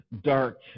dark